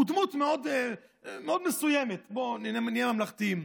הוא דמות מאוד מסוימת, בוא נהיה ממלכתיים.